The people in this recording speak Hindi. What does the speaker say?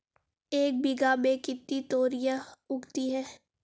एक बीघा में कितनी तोरियां उगती हैं?